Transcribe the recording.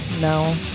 No